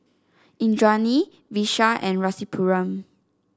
Indranee Vishal and Rasipuram